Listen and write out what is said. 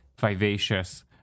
vivacious